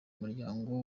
muryango